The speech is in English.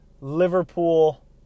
Liverpool